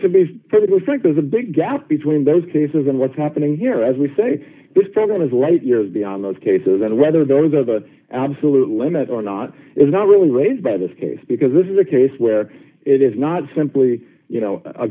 to be perfectly frank there's a big gap between those cases and what's happening here as we say this program is light years beyond those cases and whether those are the absolute limit or not is not really raised by this case because this is a case where it is not simply you know a